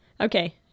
Okay